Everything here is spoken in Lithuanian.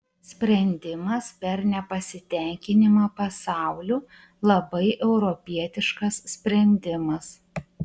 sprendimas per nepasitenkinimą pasauliu labai europietiškas sprendimas